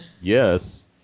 Yes